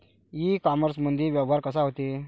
इ कामर्समंदी व्यवहार कसा होते?